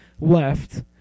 left